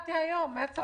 הגעתי היום מהצפון.